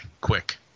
quick